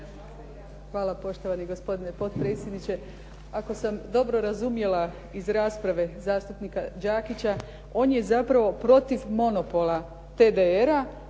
Hvala poštovani gospodine potpredsjedniče. Ako sam dobro razumjela iz rasprave zastupnika Đakića, on je zapravo protiv monopola TDR-a,